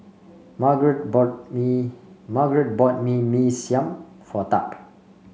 Margeret bought Mee Margeret bought Mee Mee Siam for Tab